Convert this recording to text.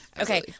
Okay